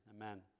Amen